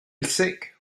sick